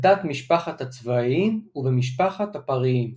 בתת-משפחת הצבאיים ובמשפחת הפריים.